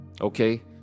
Okay